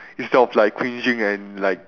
instead of like cringing and like